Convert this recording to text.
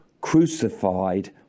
crucified